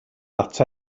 ata